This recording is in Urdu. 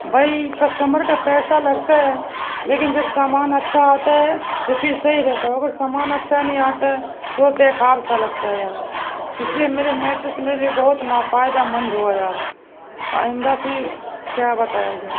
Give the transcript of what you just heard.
بھائی کسٹمر کا پیسہ لگتا ہے لیکن جب سامان اچھا آتا ہے تو پھر صحیح رہتا اور اگر سامان اچھا نہیں آتا ہے تو وہ بے کار سا لگتا ہے یار اس لیے میرے میٹرس میرے لیے بہت نافائدہ مند ہوا یار آئندہ پھر کیا بتایا جائے